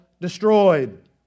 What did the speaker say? destroyed